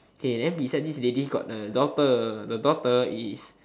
K then beside this lady got the daughter the daughter is